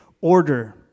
order